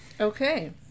Okay